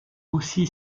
aussi